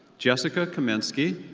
jessica kaminski.